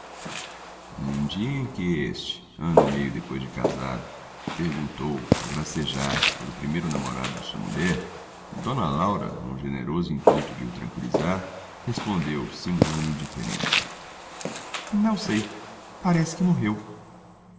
num dia em que este ano e meio depois de casado perguntou a gracejar pelo primeiro namorado de sua mulher d laura no generoso intuito de o tranqüilizar respondeu simulando indiferença não sei parece que morreu